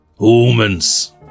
Humans